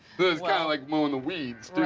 yeah like mowing the weeds, too.